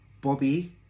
Bobby